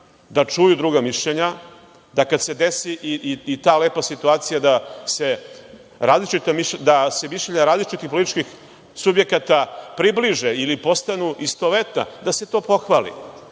da čuju druga mišljenja, da kada se desi i ta lepa situacija da se mišljenja različitih političkih subjekata približe ili postanu istovetna da se to pohvali,